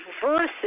versus